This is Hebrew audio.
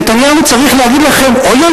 נתניהו צריך להגיד לכם: אוי,